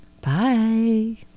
Bye